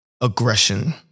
aggression